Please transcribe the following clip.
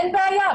אין בעיה,